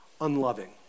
unloving